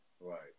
Right